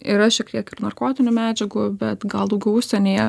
yra šiek tiek ir narkotinių medžiagų bet gal daugiau užsienyje